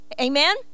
Amen